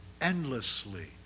endlessly